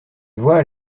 vois